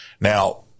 Now